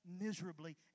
miserably